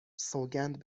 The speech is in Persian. سوگند